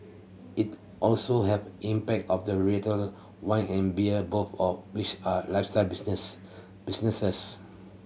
it also have impact of the retail wine and beer both of which are lifestyle business businesses